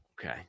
Okay